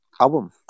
album